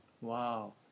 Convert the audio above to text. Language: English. Wow